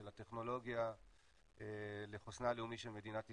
של הטכנולוגיה לחוסנה הלאומי של מדינת ישראל.